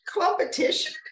competition